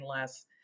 less